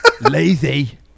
Lazy